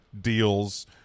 deals